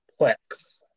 Plex